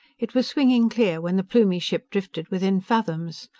it was swinging clear when the plumie ship drifted within fathoms.